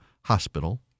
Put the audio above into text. hospital